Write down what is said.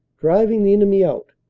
driving the enemy out,